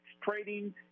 trading